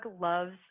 loves